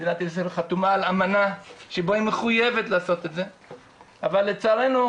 מדינת ישראל חתומה על אמנה בה היא מחויבת לעשות זאת אבל לצערנו,